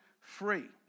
free